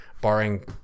barring